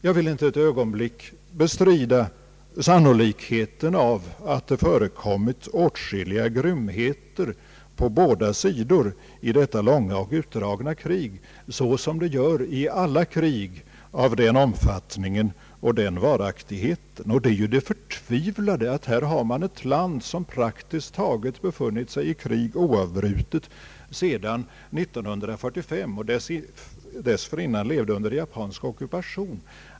Jag vill inte ett ögonblick bestrida sannolikheten av att det förekommit åtskilliga grymheter på båda sidor i detta långvariga krig, så som det gör i alla krig av sådan omfattning och varaktighet. Det förtvivlade är ju att detta land praktiskt taget oavbrutet har befunnit sig i krig sedan år 1945 och dessförinnan levde under japansk ockupation.